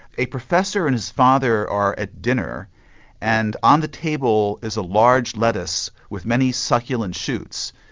a professor and his father are at dinner and on the table is a large lettuce with many succulent shoots.